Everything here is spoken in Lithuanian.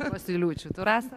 vosyliūčių tu rasa